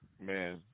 Man